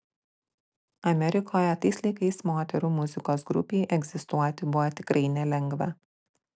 amerikoje tais laikais moterų muzikos grupei egzistuoti buvo tikrai nelengva